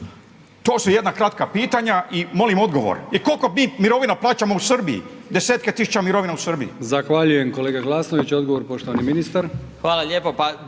To su jedna kratka pitanja i molim odgovor. I koliko mi mirovina plaćamo u Srbiji? Desetke tisuća mirovina u Srbiji.